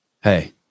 Hey